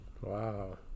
Wow